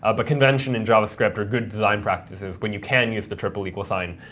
ah but convention in javascript or good design practice is, when you can use the triple equal sign,